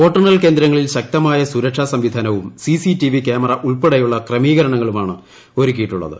വോട്ടെണ്ണൽ കേന്ദ്രങ്ങളിൽ ശക്തമായ സുരക്ഷാ സംവിധാനവും C C C T V camera ഉൾപ്പെടെയുള്ള ക്രമീകരണങ്ങളുമാണ് ഒരുക്കിയിട്ടുള്ളത്